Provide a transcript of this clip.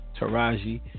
Taraji